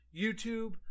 YouTube